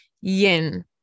yin